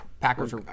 Packers